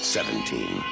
Seventeen